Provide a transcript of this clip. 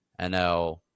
NL